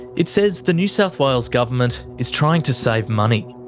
it says the new south wales government is trying to save money.